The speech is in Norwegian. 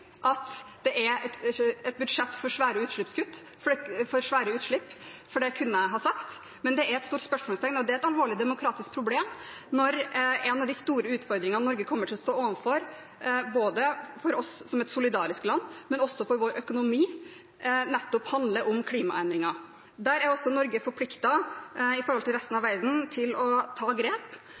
at det er et budsjett for svære utslipp, for det kunne jeg ha sagt. Men det er et stort spørsmålstegn, og det er et alvorlig demokratisk problem når en av de store utfordringene Norge kommer til å stå overfor – både for oss som et solidarisk land og for vår økonomi – nettopp handler om klimaendringer. Der er også Norge forpliktet overfor resten av verden til å ta grep,